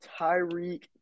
Tyreek